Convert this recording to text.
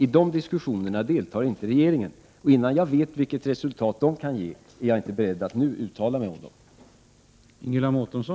I dessa diskussioner deltar inte regeringen, och innan jag vet vilket resultat de kan ge, är jag inte beredd att nu uttala mig om dessa.